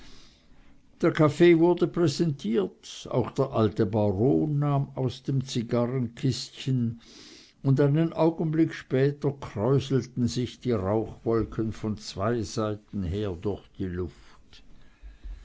der kaffee wurde präsentiert auch der alte baron nahm aus dem zigarrenkistchen und einen augenblick später kräuselten sich die rauchwolken von zwei seiten her durch die luft